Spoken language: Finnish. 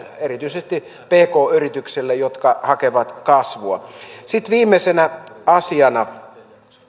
erityisesti pk yrityksille jotka hakevat kasvua sitten viimeisenä asiana